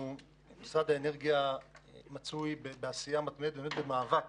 משרד האנרגיה מצוי בעשייה מתמדת, מאבק